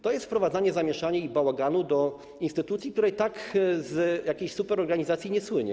To jest wprowadzanie zamieszania i bałaganu do instytucji, która i tak z jakiejś superorganizacji nie słynie.